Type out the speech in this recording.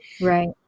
Right